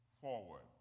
forward